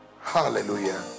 Hallelujah